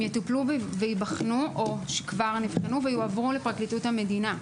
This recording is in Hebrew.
הן יטופלו וייבחנו או שכבר נבחנו ויועברו לפרקליטות המדינה.